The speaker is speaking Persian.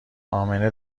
امنه